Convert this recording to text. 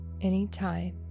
Anytime